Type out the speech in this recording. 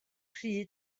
rhy